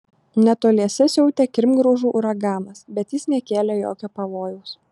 netoliese siautė kirmgraužų uraganas bet jis nekėlė jokio pavojaus